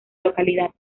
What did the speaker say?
localidad